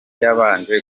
yabanje